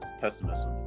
pessimism